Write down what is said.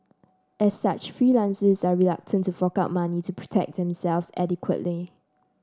as such freelancers are reluctant to fork out money to protect themselves adequately